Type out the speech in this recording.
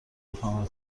نفهمه